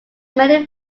many